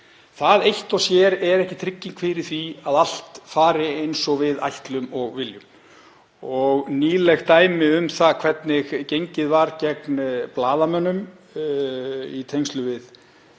er eitt og sér ekki trygging fyrir því að allt fari eins og við ætlum og viljum. Nýlegt dæmi um það hvernig gengið var gegn blaðamönnum í tengslum við